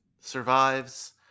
survives